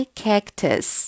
cactus